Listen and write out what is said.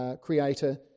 creator